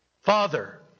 Father